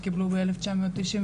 שקיבלו ב-1998.